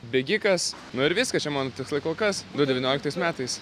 bėgikas nu ir viskas čia mano tikslai kol kas du devynioliktais metais